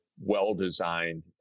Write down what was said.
well-designed